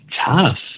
tough